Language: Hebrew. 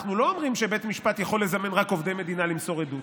אנחנו לא אומרים שבית משפט יכול לזמן רק עובדי מדינה למסור עדות,